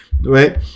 Right